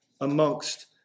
amongst